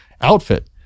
outfit